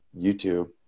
YouTube